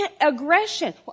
aggression